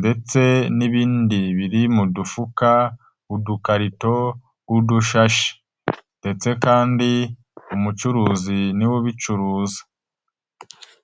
ndetse n'ibindi biri mu dufuka, udukarito, udushashi ndetse kandi umucuruzi ni we ubicuruza.